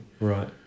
Right